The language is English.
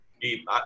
deep